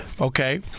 Okay